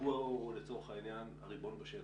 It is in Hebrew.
שהוא לצורך העניין הריבון בשטח,